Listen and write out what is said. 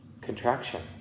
contraction